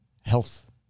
health